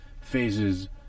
phases